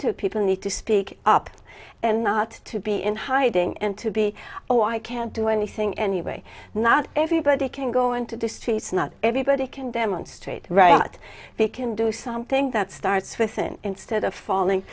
two people need to speak up and not to be in hiding and to be oh i can't do anything anyway not everybody can go into districts not everybody can demonstrate right but we can do something that starts with an instead of falling